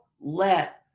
let